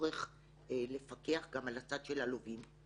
גם להכניס את החבר'ה של ה-P2P.